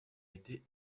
été